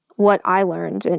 what i learned, and